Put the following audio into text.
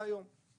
להיום.